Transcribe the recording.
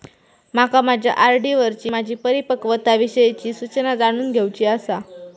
माका माझ्या आर.डी वरची माझी परिपक्वता विषयची सूचना जाणून घेवुची आसा